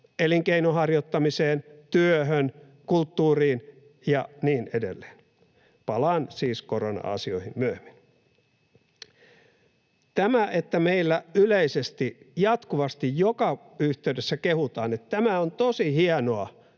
elinkeinon harjoittamiseen, työhön, kulttuuriin ja niin edelleen. — Palaan siis korona-asioihin myöhemmin. Se, että meillä jatkuvasti joka yhteydessä kehutaan, että on tosi hienoa